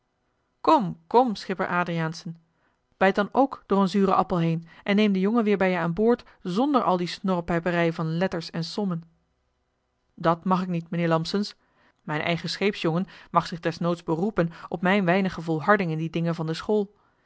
kom kom schipper adriaensen bijt dan k door een zuren appel heen en neem den jongen weer bij je aan boord zonder al die snorrepijperij van letters en sommen dat mag ik niet mijnheer lampsens mijn eigen scheepsjongen mag zich desnoods beroepen op mijn weinige volharding in die dingen van de school